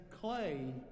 clay